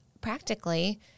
practically